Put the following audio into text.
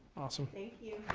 awesome. thank you.